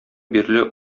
бирле